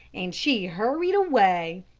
and she hurried away.